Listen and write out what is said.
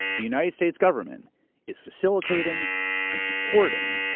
the united states government is facilitating and supporting